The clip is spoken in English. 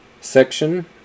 Section